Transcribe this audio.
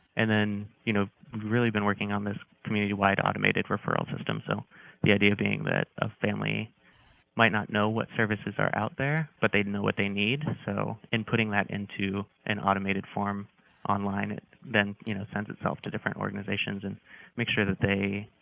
and then we've you know really have been working on this community-wide automated referral system, so the idea being that a family might not know what services are out there, but they know what they need. so, in putting that into an automated form online, it then you know sends itself to different organizations and makes sure that they